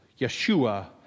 Yeshua